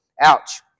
Ouch